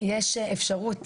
יש אפשרות